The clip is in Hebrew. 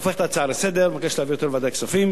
הופך את ההצעה להצעה לסדר-היום ומבקש להביא אותה לוועדת הכספים.